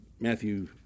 Matthew